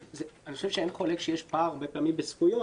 אני חושב שאין חולק שהרבה פעמים יש פער בזכויות